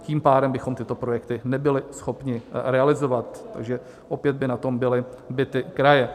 Tím pádem bychom tyto projekty nebyly schopni realizovat, takže opět by na tom byly bity kraje.